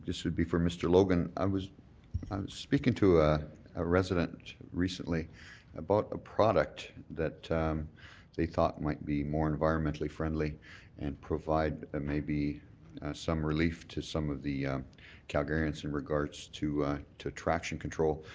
this would be for mr. logan. i was um speaking to ah a resident recently about a product that they thought might be more environmentally friendly and provide maybe some relief to some of the calgarians in regards to to traction control.